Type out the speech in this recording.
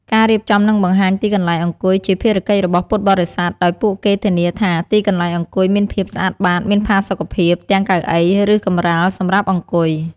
ពុទ្ធបរិស័ទមានតួនាទីក្នុងការរៀបចំ និងនាំយក ទឹកសុទ្ធ ទឹកផ្លែឈើ អាហារសម្រន់ ឬអាហារពេលបរិភោគ ទៅជូនភ្ញៀវ។